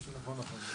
מה שנכון נכון.